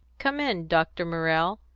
come in, dr. morrell,